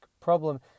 problem